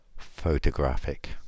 photographic